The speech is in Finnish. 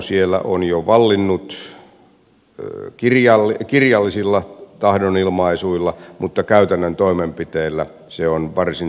siellä on tulitauko vallinnut jo kirjallisilla tahdonilmaisuilla mutta käytännön toimenpiteillä se on varsin rispaantuneessa tilassa